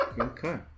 Okay